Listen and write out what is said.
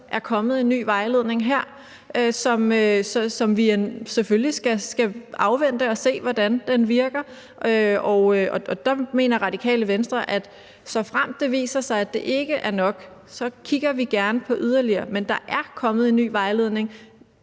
er kommet en ny vejledning, og at vi selvfølgelig skal afvente og se, hvordan den virker. Der mener Radikale Venstre, at såfremt det viser sig, at det ikke er nok, vil vi gerne kigge på yderligere ting. Men der er kommet en ny vejledning